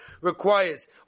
requires